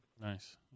Nice